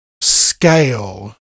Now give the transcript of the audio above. scale